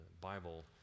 Bible